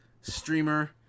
streamer